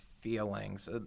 feelings